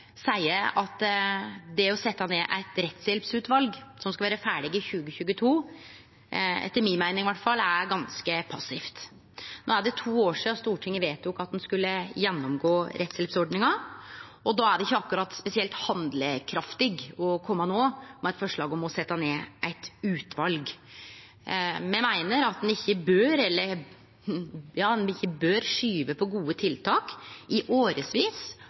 skal vere ferdig i 2022. Det er, i alle fall etter mi meining, ganske passivt. No er det to år sidan Stortinget vedtok at ein skulle gjennomgå rettshjelpsordninga, og då er det ikkje spesielt handlekraftig å koma no med eit forslag om å setje ned eit utval. Me meiner at ein ikkje bør skuve på gode tiltak i årevis når ein kan gjere endringar no, som ville vore til det beste for folk. Så merkar eg meg at regjeringspartia i